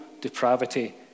depravity